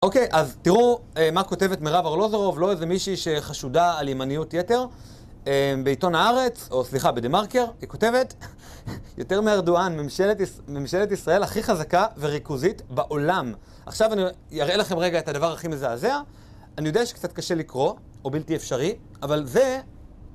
אוקיי, אז תראו מה כותבת מרב ארלוזרוב, לא איזה מישהי שחשודה על ימניות יתר. בעיתון הארץ, או סליחה, בדה מרקר, היא כותבת יותר מארדואן, ממשלת ישראל הכי חזקה וריכוזית בעולם. עכשיו אני אראה לכם רגע את הדבר הכי מזעזע. אני יודע שקצת קשה לקרוא, או בלתי אפשרי, אבל זה...